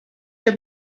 your